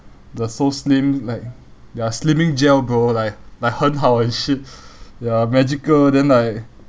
the so slim like ya slimming gel bro like like 很好 and shit ya magical then like